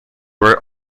were